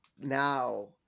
now